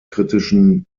kritischen